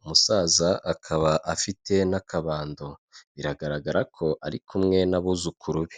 umusaza akaba afite n'akabando biragaragara ko ari kumwe n'abuzukuru be.